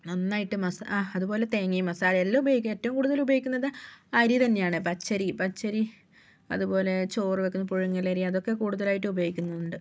നന്നായിട്ട് അതുപോലെ തേങ്ങയും മസാല എല്ലാം ഉപയോഗിക്കും ഏറ്റവും കൂടുതൽ ഉപയോഗിക്കുന്നത് അരി തന്നെയാണ് പച്ചരി പച്ചരി അതുപോലെ ചോറ് വയ്ക്കണത് പുഴുങ്ങലരി അതൊക്കെ കൂടുതലായിട്ട് ഉപയോഗിക്കുന്നുണ്ട്